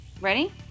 Ready